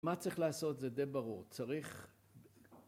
מה צריך לעשות זה די ברור, צריך